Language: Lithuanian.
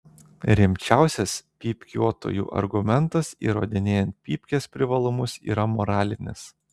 rimčiausias pypkiuotojų argumentas įrodinėjant pypkės privalumus yra moralinis